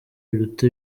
biruta